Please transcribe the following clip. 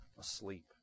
asleep